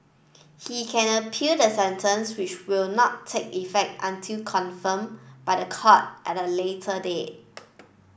he can appeal the sentence which will not take effect until confirmed by the court at a later date